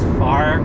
far